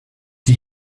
die